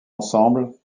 ensemble